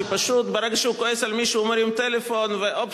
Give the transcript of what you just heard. שפשוט ברגע שהוא כועס על מישהו הוא מרים טלפון ואופס,